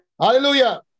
Hallelujah